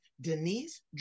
Denise